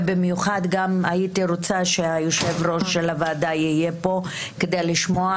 ובמיוחד גם הייתי רוצה שהיושב-ראש של הוועדה יהיה פה כדי לשמוע,